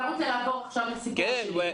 אתה רוצה לעבור עכשיו לסיפור השני.